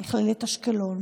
ממכללת אשקלון,